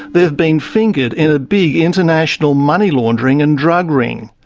they've been fingered in ah big international money laundering and drug ring.